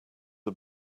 are